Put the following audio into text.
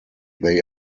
they